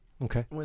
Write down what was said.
Okay